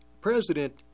president